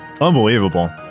Unbelievable